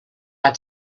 had